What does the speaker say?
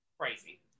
crazy